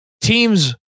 teams